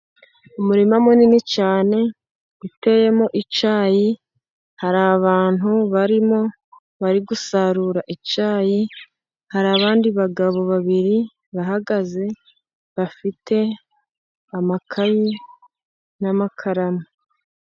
Umurima munini cyane uteyemo icyayi, hari abantu barimo bari gusarura icyayi, hari abandi bagabo babiri bahagaze bafite amakayi n'amakaramu.